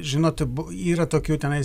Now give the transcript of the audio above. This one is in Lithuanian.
žinot bu yra tokių tenais